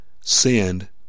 sinned